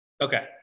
Okay